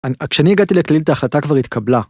‫כשאני הגעתי ל'כללית' , ‫ההחלטה כבר התקבלה.